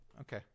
okay